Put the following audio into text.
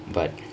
but